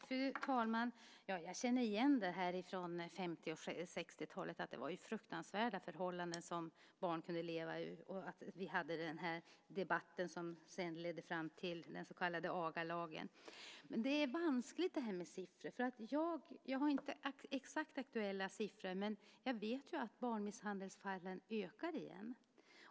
Fru talman! Jag känner igen hur det var på 50 och 60-talen. Det var ju fruktansvärda förhållanden som barn kunde leva i. Vi hade då debatten som sedan ledde fram till den så kallade agalagen. Men det är vanskligt det här med siffror. Jag har inte exakt aktuella siffror, men jag vet att barnmisshandelsfallen ökar igen.